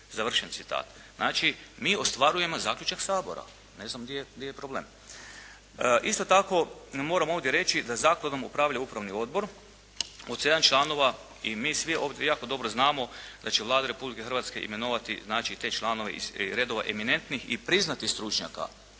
djece". Znači, mi ostvarujemo zaključak Sabora. Ne znam gdje je problem. Isto tako, moram ovdje reći da zakladom upravlja upravni odbor od sedam članova i mi svi ovdje jako dobro znamo da će Vlada Republike Hrvatske imenovati te članove iz redova eminentnih i priznatih stručnjaka.